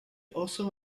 also